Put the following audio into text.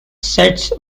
sets